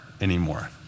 anymore